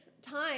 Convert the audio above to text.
Time